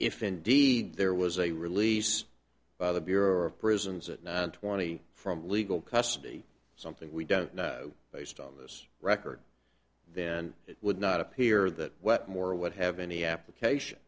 if indeed there was a release by the bureau of prisons it twenty from legal custody something we don't know based on this record then it would not appear that wetmore would have any application